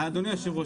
אדוני היושב-ראש,